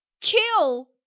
kill